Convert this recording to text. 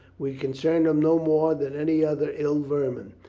we concern him no more than any other ill vermin.